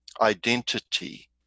identity